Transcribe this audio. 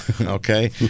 okay